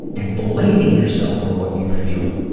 and blaming yourself for what you feel.